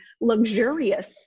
luxurious